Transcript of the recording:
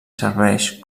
serveix